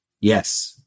yes